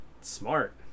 Smart